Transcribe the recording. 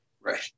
Right